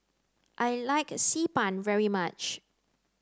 I like Xi Ban very much